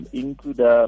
include